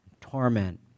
torment